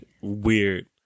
weird